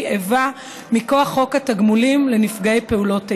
איבה מכוח חוק התגמולים לנפגעי פעולות איבה,